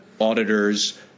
auditors